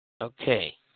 Okay